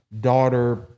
daughter